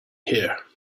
here